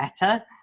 better